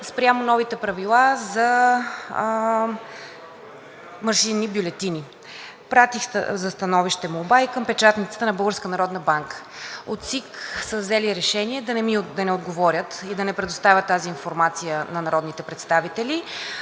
спрямо новите правила за машинни бюлетини. Пратих за становище молба и към печатницата на Българската народна банка. От ЦИК са взели решение да не отговорят и да не предоставят тази информация на народните представители.